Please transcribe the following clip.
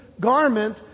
garment